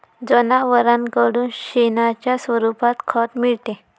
जनावरांकडून शेणाच्या स्वरूपात खत मिळते